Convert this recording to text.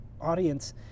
audience